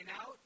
Out